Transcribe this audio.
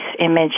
image